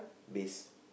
base